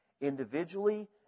Individually